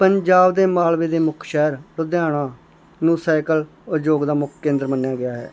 ਪੰਜਾਬ ਦੇ ਮਾਲਵੇ ਦੇ ਮੁੱਖ ਸ਼ਹਿਰ ਲੁਧਿਆਣਾ ਨੂੰ ਸੈਕਲ ਉਦਯੋਗ ਦਾ ਮੁੱਖ ਕੇਂਦਰ ਮੰਨਿਆ ਗਿਆ ਹੈ